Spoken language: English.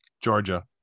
Georgia